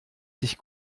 sich